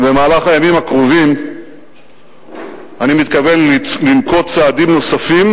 במהלך הימים הקרובים אני מתכוון לנקוט צעדים נוספים